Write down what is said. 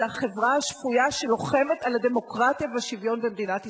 זה החברה השפויה שלוחמת על הדמוקרטיה והשוויון במדינת ישראל.